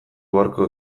beharko